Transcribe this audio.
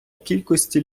кількості